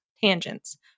tangents